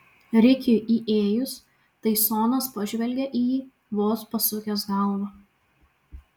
rikiui įėjus taisonas pažvelgė į jį vos pasukęs galvą